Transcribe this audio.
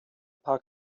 park